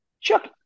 Chuck